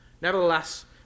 nevertheless